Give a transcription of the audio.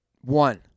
One